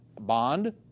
bond